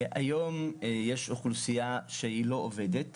היום יש אוכלוסייה לא עובדת